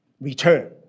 return